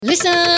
Listen